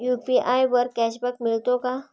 UPI वर cashback मिळतो का?